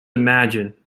imagine